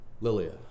Lilia